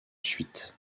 suite